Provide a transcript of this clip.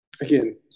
again